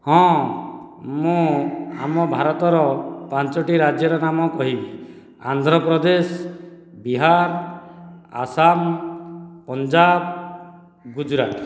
ହଁ ମୁଁ ଆମ ଭାରତର ପାଞ୍ଚଟି ରାଜ୍ୟର ନାମ କହିବି ଆନ୍ଧ୍ରପ୍ରଦେଶ ବିହାର ଆସାମ ପଞ୍ଜାଵ ଗୁଜୁରାଟ